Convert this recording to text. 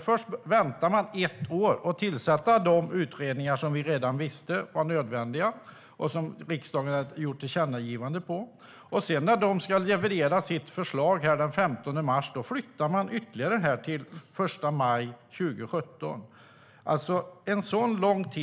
Först väntar man ett år med att tillsätta de utredningar som vi redan visste var nödvändiga och som riksdagen har gjort tillkännagivanden om. När utredningarna sedan ska leverera sitt förslag den 15 mars flyttar man tiden ytterligare till den 1 maj 2017. Det är lång tid.